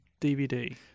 DVD